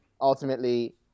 ultimately